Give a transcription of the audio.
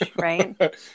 Right